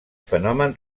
fenomen